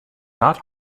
not